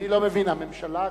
אני לא מבין, הממשלה הקודמת,